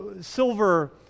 Silver